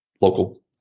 local